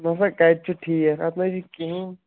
نسا کَتہِ چھُ ٹھیٖک اَتھ نٕے چھُ کہیٖنۍ